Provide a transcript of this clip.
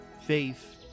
Faith